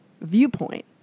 viewpoint